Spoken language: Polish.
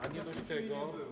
A nie dość tego.